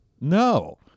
No